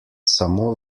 samo